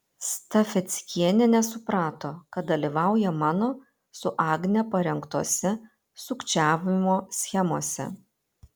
stafeckienė nesuprato kad dalyvauja mano su agne parengtose sukčiavimo schemose